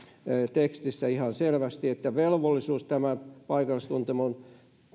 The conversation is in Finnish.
tekstissä ihan selvästi että velvollisuus tämän paikallistuntemuksen